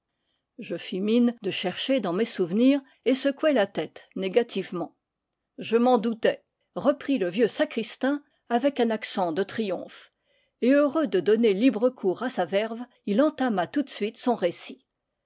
fis mine de chercher dans mes souvenirs et secouai la tête négativement je m'en doutais reprit le vieux sacristain avec un accent de triomphe et heureux de donner libre cours à sa verve il entama tout de suite son récit